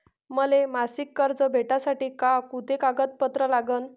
मले मासिक कर्ज भेटासाठी का कुंते कागदपत्र लागन?